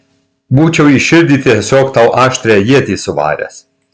būčiau į širdį tiesiog tau aštrią ietį suvaręs